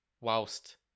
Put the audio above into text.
whilst